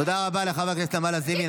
תודה רבה לחברת הכנסת נעמה לזימי.